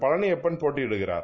ப ழனியப்பன்போட்டியிடுகிறார்